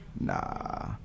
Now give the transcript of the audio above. nah